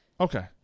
Okay